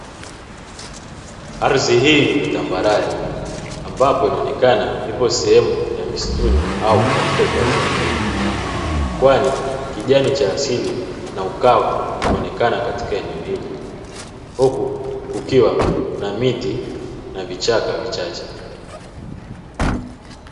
Ardhi hii ni tambarare ambapo inaonekana ipo sehemu ya misituni au katika hifadhi za taifa, kwani kijani cha asili na ukavu unaonekana katika eneo hili, huku kukiwa na miti na vichaka vichache.